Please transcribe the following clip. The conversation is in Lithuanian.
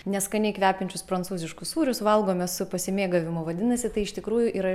neskaniai kvepiančius prancūziškus sūrius valgome su pasimėgavimu vadinasi tai iš tikrųjų yra